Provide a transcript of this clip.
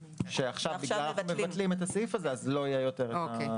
עכשיו בגלל שמבטלים את הסעיף הזה אז לא יהיו יותר ניכויים כאלה.